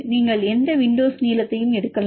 நீங்கள் எந்த விண்டோஸ் நீளத்தையும் எடுக்கலாம்